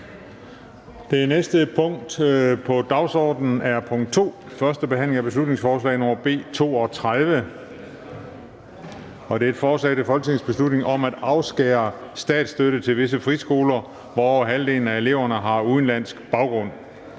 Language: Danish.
Det næste punkt på dagsordenen er: 2) 1. behandling af beslutningsforslag nr. B 32: Forslag til folketingsbeslutning om at afskære statsstøtte til visse friskoler, hvor over halvdelen af eleverne har udenlandsk baggrund.